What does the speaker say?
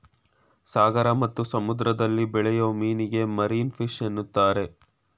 ಸಾಗರ ಮತ್ತು ಸಮುದ್ರದಲ್ಲಿ ಬೆಳೆಯೂ ಮೀನಿಗೆ ಮಾರೀನ ಫಿಷ್ ಅಂತರೆ